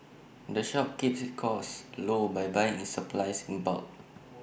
the shop keeps its costs low by buying its supplies in bulk